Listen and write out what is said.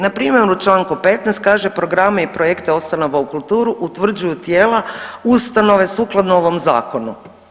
Npr. u čl. 15. kaže programe i projekte ustanova u kulturu utvrđuju tijela ustanove sukladno ovom zakonu.